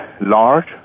large